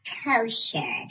kosher